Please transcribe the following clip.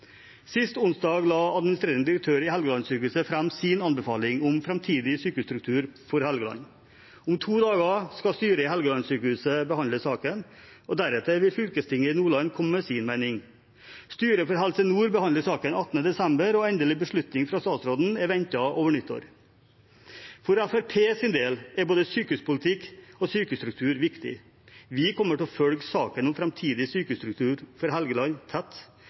Sist onsdag la administrerende direktør i Helgelandssykehuset fram sin anbefaling om framtidig sykehusstruktur for Helgeland. Om to dager skal styret i Helgelandssykehuset behandle saken, og deretter vil fylkestinget i Nordland komme med sin mening. Styret for Helse Nord behandler saken 18. desember, og endelig beslutning fra statsråden er ventet over nyttår. For Fremskrittspartiets del er både sykehuspolitikk og sykehusstruktur viktig. Vi kommer til å følge saken om framtidig sykehusstruktur for Helgeland tett,